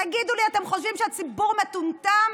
תגידו לי, אתם חושבים שהציבור מטומטם?